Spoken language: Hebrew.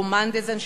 רומן דז'אנשוילי,